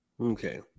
okay